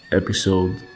episode